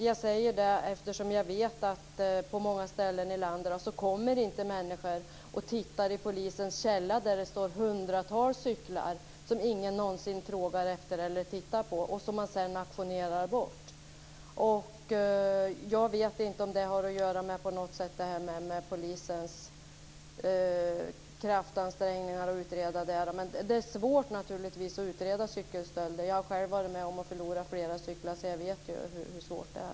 Jag säger det eftersom jag vet att på många ställen i landet kommer inte människor och tittar i polisens källare där det står hundratals cyklar, som ingen någonsin frågar efter och som sedan auktioneras bort. Jag vet inte om det har att göra med polisens kraftansträngningar att utreda, men det är naturligtvis svårt att utreda cykelstölder. Jag har själv förlorat flera cyklar, så jag vet hur svårt det är.